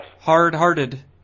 Hard-hearted